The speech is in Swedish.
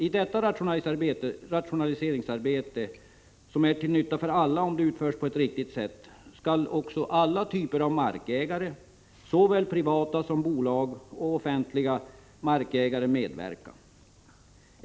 I detta rationaliseringsarbete, som är till nytta för alla om det utförs på ett riktigt sätt, skall alla typer av markägare, såväl privata som bolag och offentliga, medverka.